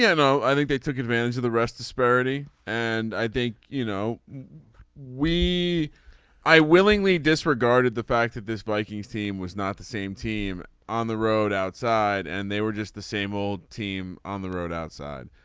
yeah no i think they took advantage of the rest disparity and i think you know we i willingly disregarded the fact that this vikings team was not the same team on the road outside and they were just the same old team on the road outside.